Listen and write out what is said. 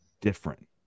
different